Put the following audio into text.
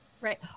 Right